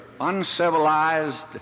uncivilized